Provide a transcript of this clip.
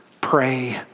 pray